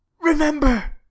Remember